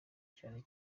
cyane